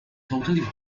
totally